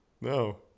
no